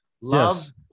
Love